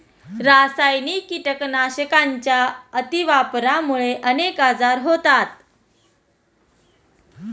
रासायनिक कीटकनाशकांच्या अतिवापरामुळे अनेक आजार होतात